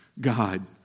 God